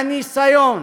והניסיון